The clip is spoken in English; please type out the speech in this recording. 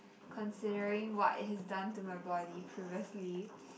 considering what it has done to my body previously